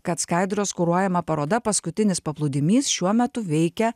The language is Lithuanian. kad skaidros kuruojama paroda paskutinis paplūdimys šiuo metu veikia